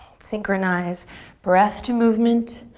synchronize breath to movement,